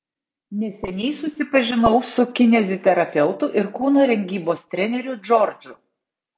neseniai susipažinau su kineziterapeutu ir kūno rengybos treneriu džordžu